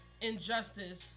injustice